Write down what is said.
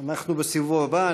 אנחנו בסיבוב הבא.